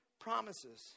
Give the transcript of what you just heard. promises